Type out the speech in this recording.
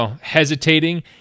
hesitating